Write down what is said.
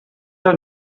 her